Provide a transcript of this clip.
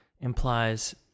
implies